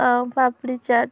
ଆଉ ପାମ୍ପିଡ଼ି ଚାର୍ଟ